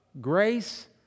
grace